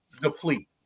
deplete